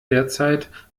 derzeit